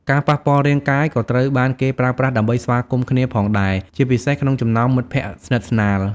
ការប៉ះពាល់រាងកាយ ក៏ត្រូវបានគេប្រើប្រាស់ដើម្បីស្វាគមន៍គ្នាផងដែរ ជាពិសេសក្នុងចំណោមមិត្តភក្តិស្និទ្ធស្នាល។